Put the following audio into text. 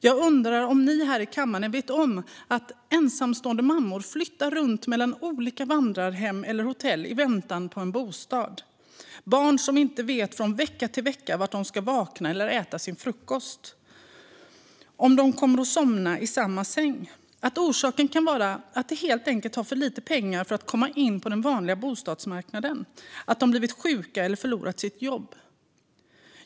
Jag undrar om ni här i kammaren vet om att ensamstående mammor flyttar runt mellan olika vandrarhem eller hotell i väntan på en bostad eller att det finns barn som inte vet från vecka till vecka var de ska vakna och äta sin frukost eller om de kommer somna i samma säng. Jag undrar om ni vet att orsaken kan vara att de helt enkelt har för lite pengar för att komma in på den vanliga bostadsmarknaden, att de blivit sjuka eller förlorat sitt jobb.